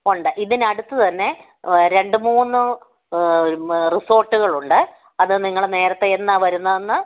ഒണ്ട് ഇതിനടുത്ത് തന്നെ രണ്ടുമൂന്ന് റിസോർട്ടുകളുണ്ട് അത് നിങ്ങള് നേരത്തെ എന്നാ വരുന്നതെന്ന്